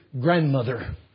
grandmother